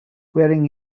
wearing